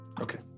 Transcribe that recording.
Okay